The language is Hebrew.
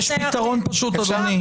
יש פתרון פשוט, אדוני.